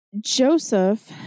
Joseph